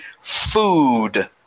food